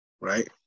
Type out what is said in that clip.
right